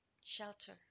shelter